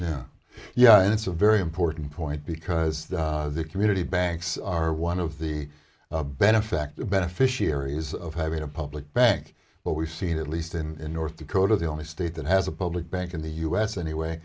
yeah yeah and it's a very important point because the community banks are one of the benefactor beneficiaries of having a public bank but we've seen at least in north dakota the only state that has a public bank in the us anyway